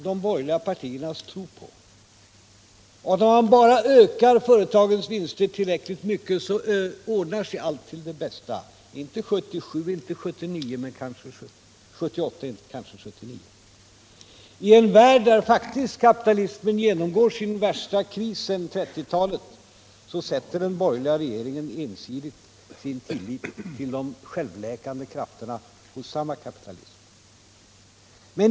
De borgerliga partierna har en tro på att om man bara ökar företagens vinster tillräckligt mycket så ordnar sig allting till det bästa — inte 1977, inte 1978 men kanske 1979. I en värld där kapitalismen genomgår sin värsta kris sedan 1930-talet sätter den borgerliga regeringen ensidigt sin tillit till de självläkande krafterna hos samma kapitalism.